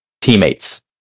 teammates